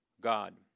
God